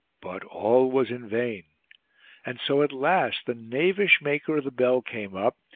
but all was in vain and so at last the knavish maker of the bell came up,